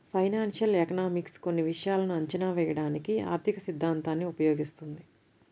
financial economics కొన్ని విషయాలను అంచనా వేయడానికి ఆర్థికసిద్ధాంతాన్ని ఉపయోగిస్తుంది